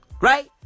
right